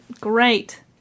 Great